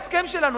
ההסכם שלנו,